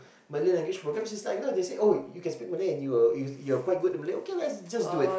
Malay language is like you know they say oh you can speak Malay and you are you're quite in Malay okay let's just do it